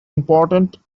important